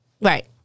Right